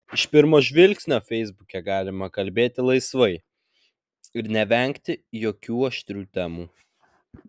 iš pirmo žvilgsnio feisbuke galima kalbėti laisvai ir nevengti jokių aštrių temų